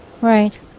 Right